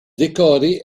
décorée